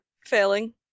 failing